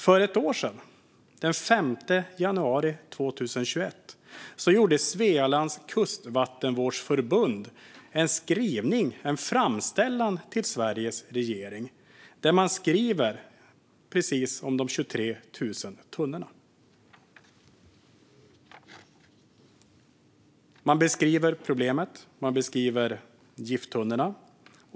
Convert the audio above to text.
För ett år sedan, den 5 januari 2021, gjorde Svealands Kustvattenvårdsförbund en skrivelse, en framställan, till Sveriges regering där man skriver just om de 23 000 tunnorna. Man beskriver problemet, och man beskriver gifttunnorna.